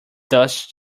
dust